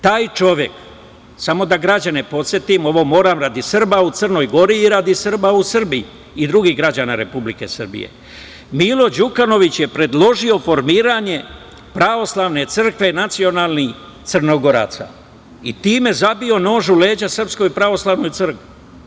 Taj čovek, samo da građane podsetim, ovo moram radi Srba u Crnoj Gori i radi Srba u Srbiji i drugih građana Republike Srbije, Milo Đukanović je predložio formiranje pravoslavne crkve nacionalnih Crnogoraca i time zabio nož u leđa SPC.